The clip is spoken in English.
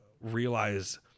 realize